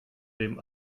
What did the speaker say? dem